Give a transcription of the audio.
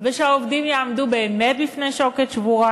ושהעובדים יעמדו באמת בפני שוקת שבורה.